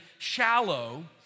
shallow